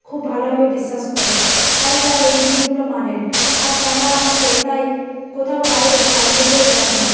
খুব ভালোভাবে বিশ্বাস করেন তাই তারা এই জিনিসগুলো মানেন আর তারা আমাকে তাই কোথাও বাইরে কাজে যেতেও দেন না